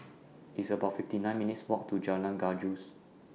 It's about fifty nine minutes' Walk to Jalan Gajus